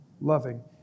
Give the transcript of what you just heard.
loving